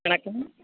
வணக்கம்